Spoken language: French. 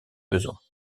besoins